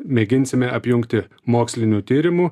mėginsime apjungti mokslinių tyrimų